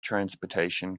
transportation